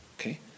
Okay